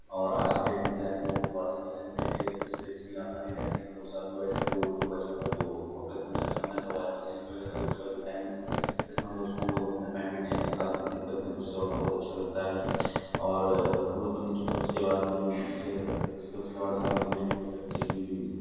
और आज की डेट में क्या है हम लोगों ने वाशिंग मशीन खरीदी है तो उससे इतनी आसानी रहती है कि हम लोग साथ में बैठकर के वो जो बचा हुआ जो कपड़े धोने का समय था वो आज मशीन्स वगैरह है उसका जो टाइम इसमें इस उसको हम लोग अपने फ़ैमिली टाइम एक साथ व्यतीत करते हैं तो उससे और बहुत अच्छा लगता है और हम लोगों ने जो है उसके बाद में फिर उसके उसके बाद हम लोगों ने फिर जो है टी वी भी